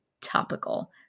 topical